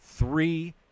three